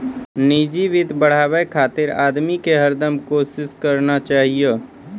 निजी वित्त बढ़ाबे खातिर आदमी के हरदम कोसिस करना चाहियो